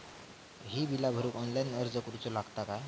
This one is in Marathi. ही बीला भरूक ऑनलाइन अर्ज करूचो लागत काय?